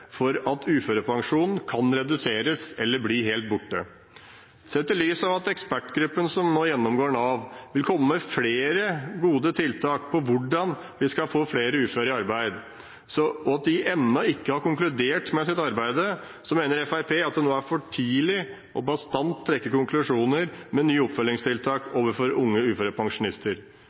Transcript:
for at uførepensjonen kan reduseres eller bli helt borte. Sett i lys av at ekspertgruppen som nå gjennomgår Nav, vil komme med flere gode tiltak om hvordan vi skal få flere uføre i arbeid, og av at de ennå ikke har konkludert i sitt arbeid, mener Fremskrittspartiet at det er for tidlig bastant å trekke konklusjoner når det gjelder nye oppfølgingstiltak overfor unge uførepensjonister.